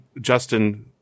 Justin